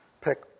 Pick